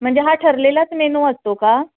म्हणजे हा ठरलेलाच मेनू असतो का